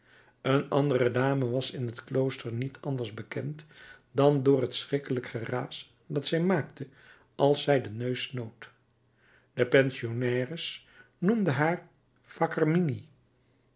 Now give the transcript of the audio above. een andere dame was in t klooster niet anders bekend dan door het schrikkelijk geraas dat zij maakte als zij den neus snoot de pensionnaires noemden haar